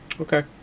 Okay